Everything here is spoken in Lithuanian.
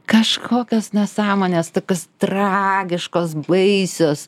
kažkokios nesąmonės tokios tragiškos baisios